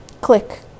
Click